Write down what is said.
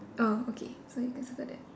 oh okay so you can circle that